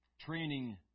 Training